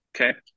Okay